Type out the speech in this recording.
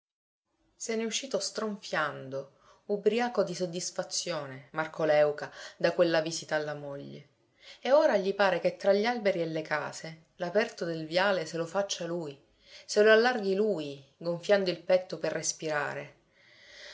se n'è uscito stronfiando ubriaco di soddisfazione marco léuca da quella visita alla moglie e ora gli pare che tra gli alberi e le case l'aperto del viale se lo faccia lui se lo allarghi lui gonfiando il petto per respirare